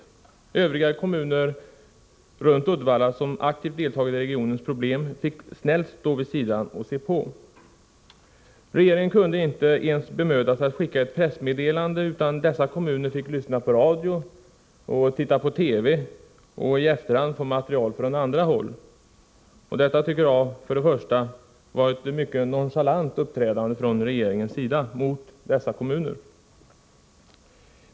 De övriga kommuner runt Uddevalla som aktivt deltagit i regionens problem fick snällt stå vid sidan och se på. Regeringen bemödade sig inte ens att skicka ett pressmeddelande, utan dessa kommuner fick information genom att lyssna på radio och se på TV och genom material som de i efterhand fick från andra håll. Detta tycker jag var ett mycket nonchalant uppträdande från regeringens sida mot dessa kommuner.